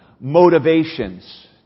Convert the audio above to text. motivations